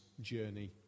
journey